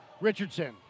Richardson